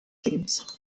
themes